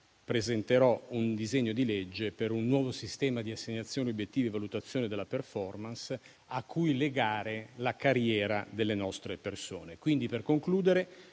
presenterò un disegno di legge per un nuovo sistema di assegnazione di obiettivi e di valutazione della *performance* a cui legare la carriera delle nostre persone. Per concludere,